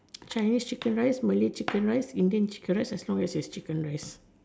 Chinese chicken rice Malay chicken rice Indian chicken rice as long as there is chicken rice